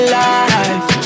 life